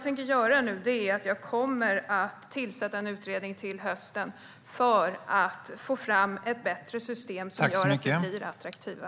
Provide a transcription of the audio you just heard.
Till hösten kommer jag att tillsätta en utredning för att få fram ett bättre system som gör att vi blir attraktiva.